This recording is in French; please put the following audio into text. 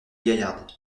gaillarde